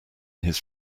his